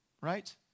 right